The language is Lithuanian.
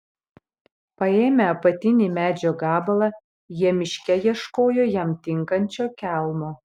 paėmę apatinį medžio gabalą jie miške ieškojo jam tinkančio kelmo